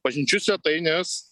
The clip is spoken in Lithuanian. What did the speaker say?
pažinčių svetainės